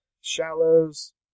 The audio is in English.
Shallows